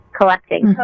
collecting